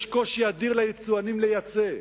יש קושי אדיר ליצואנים לייצא,